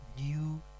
new